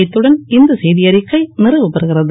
இத்துடன் இந்த செய்தி அறிக்கை நிறைவு பெறுகிறது